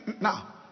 Now